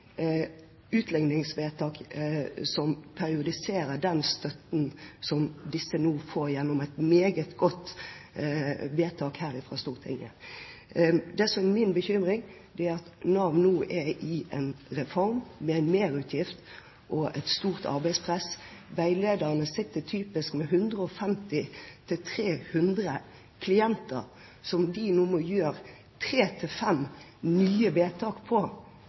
utligningsvedtak, som periodiserer den støtten som disse nå får gjennom et meget godt vedtak her i Stortinget. Det som er min bekymring, er at Nav nå er i en reform med en merutgift og et stort arbeidspress. Veilederne sitter typisk med 150–300 klienter som de nå må gjøre tre til fem nye vedtak på